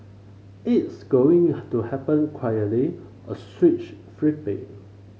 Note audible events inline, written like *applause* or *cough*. it's going *unintelligible* to happen quietly a switch flipping